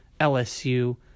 LSU